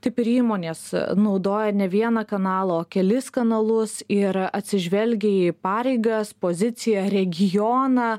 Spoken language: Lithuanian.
taip ir įmonės naudoja ne vieną kanalą o kelis kanalus ir atsižvelgia į pareigas poziciją regioną